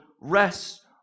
rest